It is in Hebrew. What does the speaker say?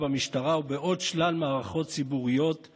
וגם בעת המלחמה הוא עסוק בתוכניות להפלת ממשלת